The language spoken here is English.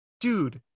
dude